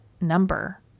number